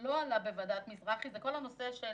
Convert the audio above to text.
לא עלה בוועדת מזרחי כל הנושא של